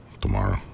tomorrow